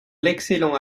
l’excellent